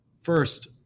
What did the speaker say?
first